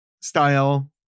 style